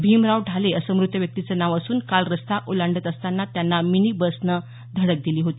भिमराव ढाले असं मृत व्यक्तीचं नाव असून काल रस्ता ओलांडत असतांना त्यांना मिनी बसनं धडक दिली होती